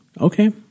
Okay